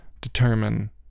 determine